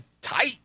tight